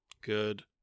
good